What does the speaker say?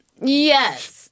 yes